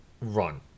run